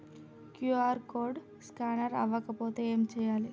QR code scanner అవ్వకపోతే ఏం చేయాలి?